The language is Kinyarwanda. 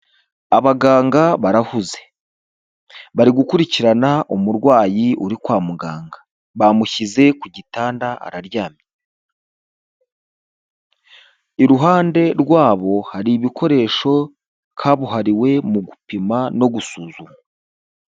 Abaganga barahuze, bari gukurikirana umurwayi uri kwa muganga, bamushyize ku gitanda araryamye, iruhande rwabo hari ibikoresho kabuhariwe mu gupima no gusuzuma.